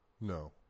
No